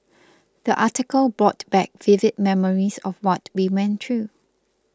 the article brought back vivid memories of what we went through